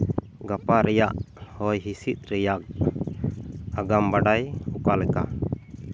ᱜᱟᱯᱟ ᱨᱮᱭᱟᱜ ᱦᱚᱭ ᱦᱤᱸᱥᱤᱫ ᱨᱮᱭᱟᱜ ᱟᱜᱟᱢ ᱵᱟᱰᱟᱭ ᱚᱠᱟᱞᱮᱠᱟ